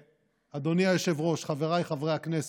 אדוני היושב-ראש, חבריי חברי הכנסת,